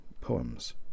poems